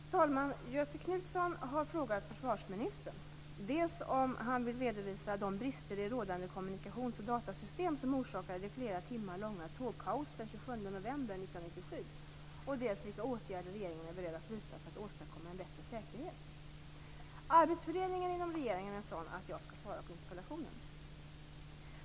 Fru talman! Göthe Knutson har frågat försvarsministern dels om han vill redovisa de brister i rådande kommunikations och datasystem som orsakade det flera timmar långa tågkaoset den 27 november 1997, dels vilka åtgärder regeringen är beredd att vidta för att åstadkomma en bättre säkerhet. Arbetsfördelningen inom regeringen är sådan att jag skall svara på interpellationen.